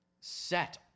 set